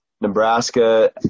Nebraska